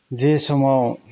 जे समाव